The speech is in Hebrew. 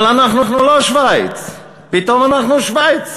אבל אנחנו לא שווייץ, ופתאום אנחנו שווייץ.